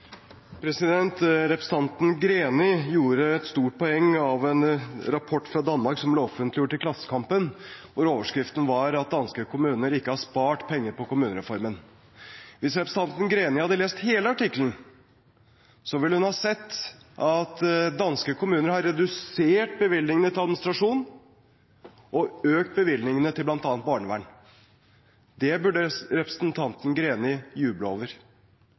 Representanten Greni gjorde et stort poeng av en rapport fra Danmark som ble offentliggjort i Klassekampen, hvor overskriften var at danske kommuner ikke har spart penger på kommunereformen. Hvis representanten Greni hadde lest hele artikkelen, ville hun ha sett at danske kommuner har redusert bevilgningene til administrasjon og økt bevilgningene til bl.a. barnevern. Det burde representanten Greni jublet over.